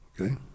Okay